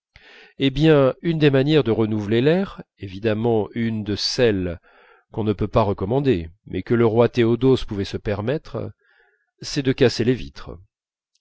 eh bien une des manières de renouveler l'air évidemment une de celles qu'on ne peut pas recommander mais que le roi théodose pouvait se permettre c'est de casser les vitres